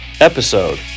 episode